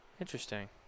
Interesting